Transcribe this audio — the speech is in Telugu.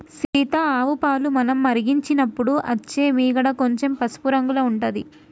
సీత ఆవు పాలు మనం మరిగించినపుడు అచ్చే మీగడ కొంచెం పసుపు రంగుల ఉంటది